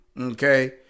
Okay